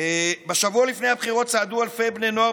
בשבוע לפני הבחירות צעדו אלפי בני נוער